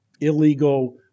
illegal